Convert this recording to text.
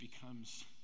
becomes